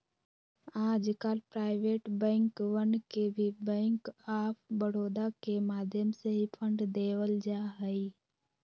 आजकल प्राइवेट बैंकवन के भी बैंक आफ बडौदा के माध्यम से ही फंड देवल जाहई